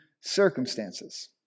circumstances